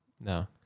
No